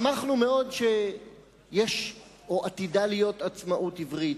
שמחנו מאוד שיש, או עתידה להיות, עצמאות עברית.